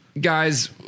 Guys